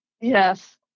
Yes